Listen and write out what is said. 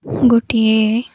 ଗୋଟିଏ